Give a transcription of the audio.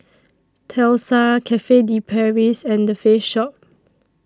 Tesla Cafe De Paris and The Face Shop